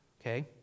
Okay